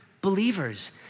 believers